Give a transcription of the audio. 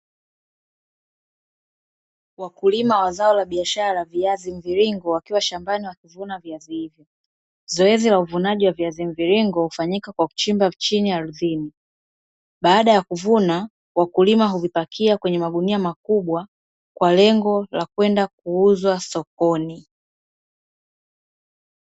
Wakulima wa zao la niashara la viazi mviringo wakiwa shambani wakivuna viazi hivyo. Zoezi la uvunaji wa viazi mviringo hufanyika kwa kuchimba chini ardhini. Baada ya kuvuna, wakulima huvipakia kwenye magunia makubwa kwa lengo la kwenda kuuzwa sokoni.